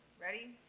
Ready